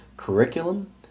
curriculum